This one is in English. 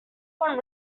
want